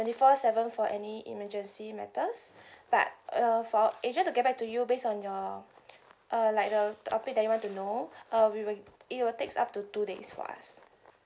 twenty four seven for any emergency matters but uh for our agent get back to you based on your uh like the topic that you want to know uh we will it will takes up to two days for us